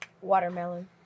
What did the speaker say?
watermelon